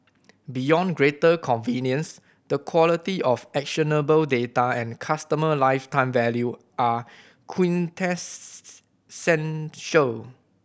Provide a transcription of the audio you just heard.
beyond greater convenience the quality of actionable data and customer lifetime value are quintessential